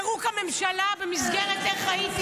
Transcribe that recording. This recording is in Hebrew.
פירוק הממשלה במסגרת "איך הייתי,